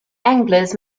anglers